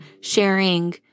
sharing